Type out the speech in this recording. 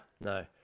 No